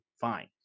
fine